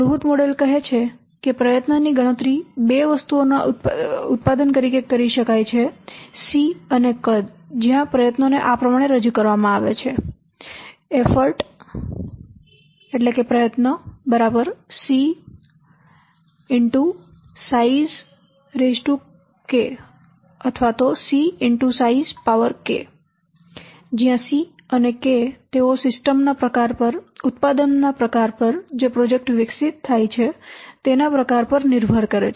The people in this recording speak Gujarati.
મૂળભૂત મોડેલ કહે છે કે પ્રયત્નની ગણતરી 2 વસ્તુઓના ઉત્પાદન તરીકે કરી શકાય છે સી અને કદ જ્યાં પ્રયત્નોને આ પ્રમાણે રજૂ કરવામાં આવે છે જ્યાં c અને k તેઓ સિસ્ટમના પ્રકાર પર ઉત્પાદનના પ્રકાર પર જે પ્રોજેક્ટ વિકસિત થાય છે તેના પ્રકાર પર નિર્ભર કરે છે